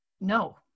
no